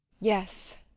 yes